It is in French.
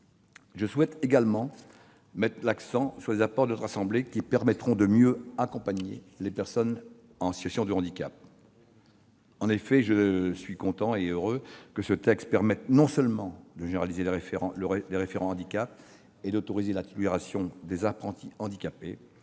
Je souhaite également mettre l'accent sur les apports de notre assemblée qui permettront de mieux accompagner les personnes en situation de handicap. En effet, je me réjouis que le texte permette, non seulement de généraliser les référents handicap et d'autoriser la titularisation des apprentis handicapés,